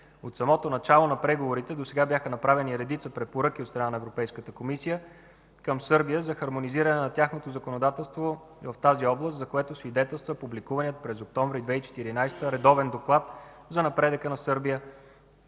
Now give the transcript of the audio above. От самото начало на преговорите досега бяха направени редица препоръки от страна на Европейската комисия към Сърбия за хармонизиране на тяхното законодателство в тази област, за което свидетелства публикуваният през месец октомври 2014 г. редовен доклад за напредъка на Сърбия,